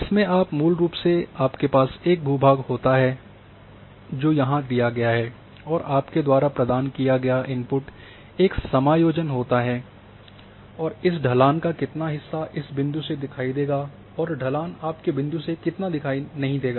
इसमें आप मूल रूप से आपके पास एक भू भाग होता है जो यहां दिया गया है और आपके द्वारा प्रदान किया गया इनपुट एक समायोजन होता है और इस ढलान का कितना हिस्सा इस बिंदु से दिखाई देगा और ढलान आपके बिंदु से कितना दिखाई नहीं देगा